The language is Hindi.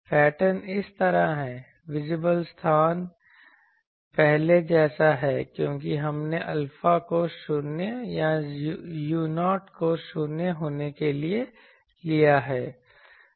पैटर्न इस तरह है विजिबल स्थान पहले जैसा है क्योंकि हमने अल्फा को शून्य या u0 को शून्य होने के लिए लिया है